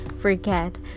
forget